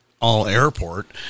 all-airport